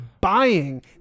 buying